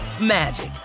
magic